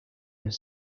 are